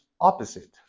opposite